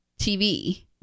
TV